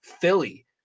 Philly